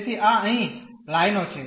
તેથી આ અહીં લાઇનો છે